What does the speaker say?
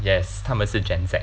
yes 他们是 gen Z